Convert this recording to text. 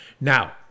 Now